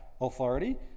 authority